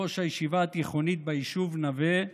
ראש הישיבה התיכונית ביישוב נווה,